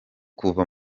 kuva